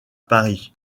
paris